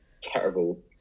terrible